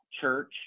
church